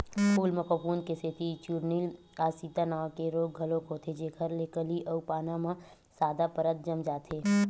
फूल म फफूंद के सेती चूर्निल आसिता नांव के रोग घलोक होथे जेखर ले कली अउ पाना म सादा परत जम जाथे